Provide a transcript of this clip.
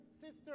sister